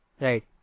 Right